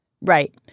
Right